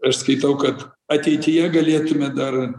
aš skaitau kad ateityje galėtume dar